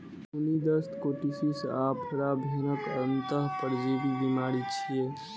खूनी दस्त, कीटोसिस, आफरा भेड़क अंतः परजीवी बीमारी छियै